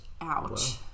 ouch